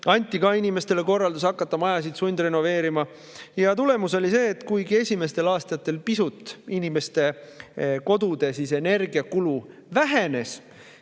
anti inimestele korraldus hakata majasid sundrenoveerima. Tulemus oli see, et kuigi esimestel aastatel inimeste kodude energiakulu pisut vähenes,